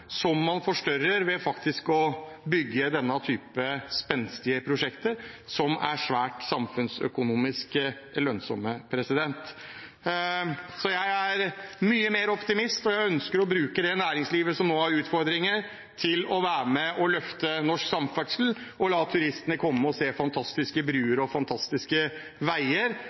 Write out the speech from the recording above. som man forstørrer ved å bygge denne typen spenstige prosjekter, som er svært samfunnsøkonomisk lønnsomme. Jeg er mye mer optimistisk, og jeg ønsker å bruke det næringslivet som nå har utfordringer, til å være med på å løfte norsk samferdsel, og la turistene komme og se fantastiske broer og fantastiske veier.